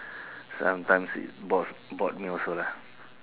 sometimes it bored bored me also lah